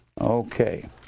Okay